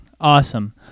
awesome